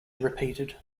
repeated